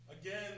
Again